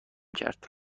کرد